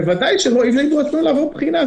בוודאי שלא צריך לדרוש מהם לעבור בחינה.